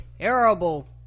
terrible